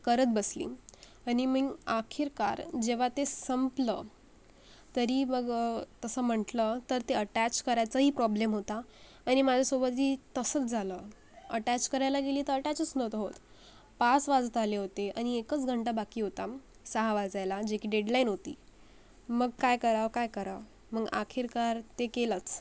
करत बसली आणि मीन आखिरकार जेव्हा ते संपलं तरी बघ तसं म्हटलं तर ते अटॅच करायचाही प्रॉब्लेम होता आणि माझ्यासोबतही तसंच झालं अटॅच करायला गेली तर अटॅचच नव्हतं होत पाच वाजत आले होते आणि एकच घंटा बाकी होता सहा वाजायला जे की डेडलाईन होती मग काय करावं काय करावं मग आखिरकार ते केलंच